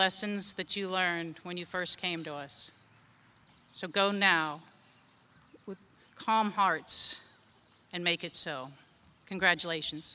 lessons that you learned when you first came to us so go now with calm hearts and make it so congratulations